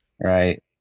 right